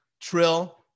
Trill